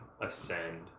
ascend